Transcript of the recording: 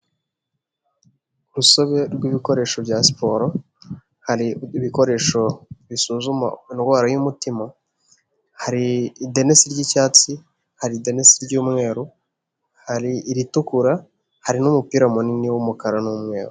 Urusobe rw'ibikoresho bya siporo, hari ibikoresho bisuzuma indwara y'umutima, hari idenesi ry'icyatsi, hari idenesi ry'umweru, hari iritukura, hari n'umupira munini w'umukara n'umweru.